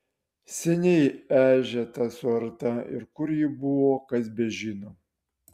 seniai ežia ta suarta ir kur ji buvo kas bežino